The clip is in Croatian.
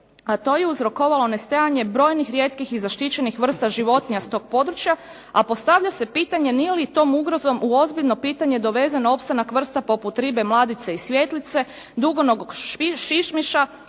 a to je uzrokovala nestajanja brojnih rijetkih i zaštićenih vrsta životinja s tog područja a postavlja se pitanje nije li tom ugrozom u ozbiljno pitanje doveden opstanak vrsta poput ribe mladice i svjetlice, dugonogog šišmiša,